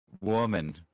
woman